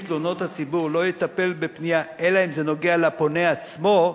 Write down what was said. תלונות הציבור לא יטפל בפנייה אלא אם זה נוגע לפונה עצמו,